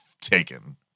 taken